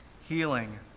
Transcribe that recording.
healing